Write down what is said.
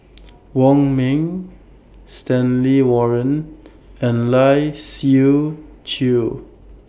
Wong Ming Stanley Warren and Lai Siu Chiu